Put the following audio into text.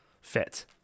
fit